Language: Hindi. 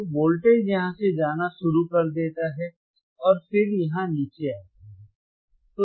तो वोल्टेज यहाँ से जाना शुरू कर देता है और फिर यहाँ नीचे आता है